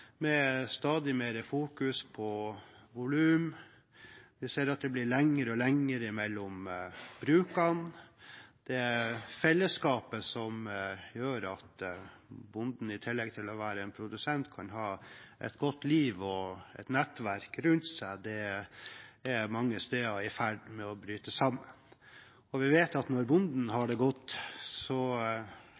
med stadig mer fokus på volum, og vi ser at det blir lenger og lenger mellom brukene. Det fellesskapet som gjør at bonden i tillegg til å være produsent kan ha et godt liv og et nettverk rundt seg, er mange steder i ferd med å bryte sammen. Og vi vet at når bonden har det godt,